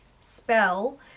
spell